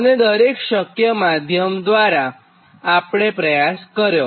અને દરેક શક્ય માધ્યમ દ્વારા આપણે પ્રયાસ કર્યો